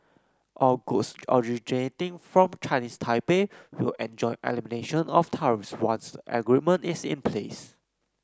all goods originating from Chinese Taipei will enjoy elimination of tariffs once the agreement is in place